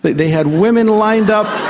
they they had women lined up.